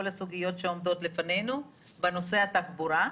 הסוגיות שעומדות לפנינו בנושא התחבורה,